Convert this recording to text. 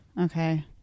Okay